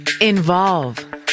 Involve